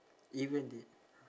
even i~